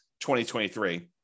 2023